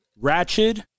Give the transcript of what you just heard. ratchet